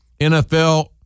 NFL